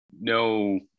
no